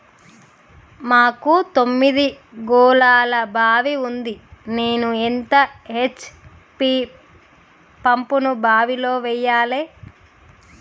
మాకు తొమ్మిది గోళాల బావి ఉంది నేను ఎంత హెచ్.పి పంపును బావిలో వెయ్యాలే?